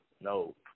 no